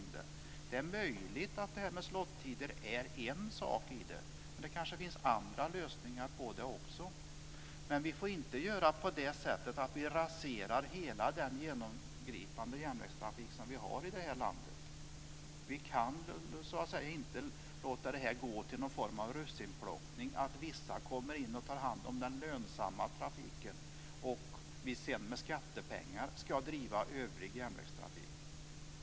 Det är möjligt att detta med slot-tider är en sak i det, men det kanske också finns andra lösningar. Men vi får inte rasera hela den genomgripande järnvägstrafik som vi har i det här landet. Vi kan inte låta det bli någon form av russinplockning, så att vissa kommer in och tar hand om den lönsamma trafiken och vi sedan med skattepengar ska driva övrig järnvägstrafik.